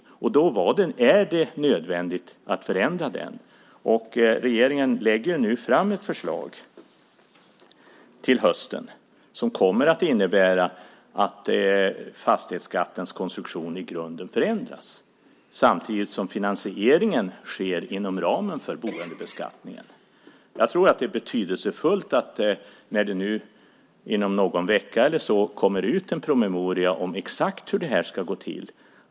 Därför var och är det nödvändigt att förändra den. Regeringen lägger nu fram ett förslag till hösten som kommer att innebära att fastighetsskattens konstruktion i grunden förändras. Samtidigt sker finansieringen inom ramen för boendebeskattningen. Jag tror att det är betydelsefullt att alla vässar sina argument när det nu inom någon vecka eller så kommer ut en promemoria om exakt hur det här ska gå till.